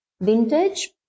vintage